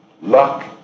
Luck